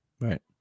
Right